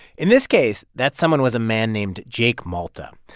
in this case, that someone was a man named jake malta.